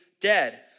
dead